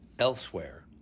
Elsewhere